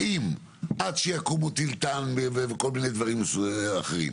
האם עד שיקומו תלתן, וכל מיני דברים אחרים,